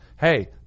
hey